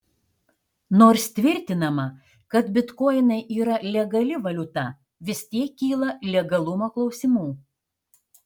nors tvirtinama kad bitkoinai yra legali valiuta vis tiek kyla legalumo klausimų